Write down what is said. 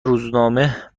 روزنامه